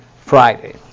Friday